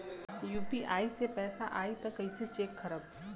UPI से पैसा आई त कइसे चेक खरब?